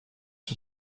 der